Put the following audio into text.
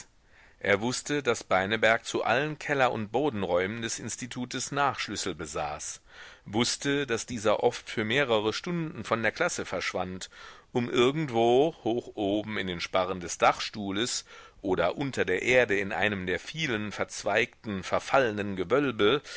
er wußte daß beineberg zu allen keller und bodenräumen des institutes nachschlüssel besaß wußte daß dieser oft für mehrere stunden von der klasse verschwand um irgendwo hoch oben in den sparren des dachstuhles oder unter der erde in einem der vielen verzweigten verfallenden gewölbe